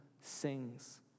sings